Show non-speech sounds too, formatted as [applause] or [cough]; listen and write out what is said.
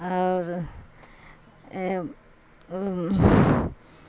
اور [unintelligible]